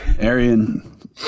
Arian